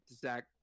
Zach